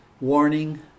warning